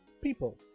people